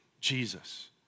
Jesus